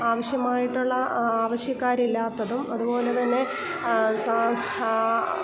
ആവശ്യമായിട്ടുള്ള ആവിശ്യക്കാരില്ലാത്തതും അതുപോലെത്തന്നെ